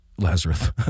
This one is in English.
Lazarus